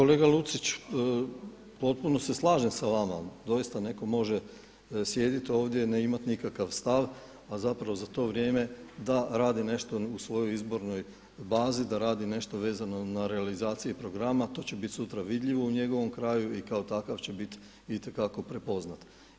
Kolega Lucić, potpuno se slažem sa vama, dosita netko može sjediti ovdje i ne imati nikakav stav a zapravo za to vrijeme da radi nešto u svojoj izbornoj bazi, da radi nešto vezano na realizaciji programa to će biti sutra vidljivo u njegovom kraju i kao takav će biti itekako prepoznat.